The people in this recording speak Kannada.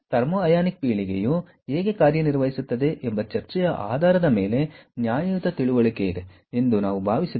ಥರ್ಮೋ ಅಯಾನಿಕ್ ಪೀಳಿಗೆಯು ಹೇಗೆ ಕಾರ್ಯ ನಿರ್ವಹಿಸುತ್ತದೆ ಎಂಬ ಚರ್ಚೆಯ ಆಧಾರದ ಮೇಲೆ ನ್ಯಾಯಯುತ ತಿಳುವಳಿಕೆ ಇದೆ ಎಂದು ನಾವು ಭಾವಿಸಿದರೆ ಸಾಕು